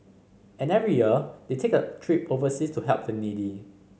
and every year they take a trip overseas to help the needy